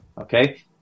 okay